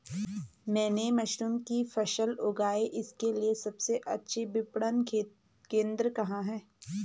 मैंने मशरूम की फसल उगाई इसके लिये सबसे अच्छा विपणन केंद्र कहाँ है?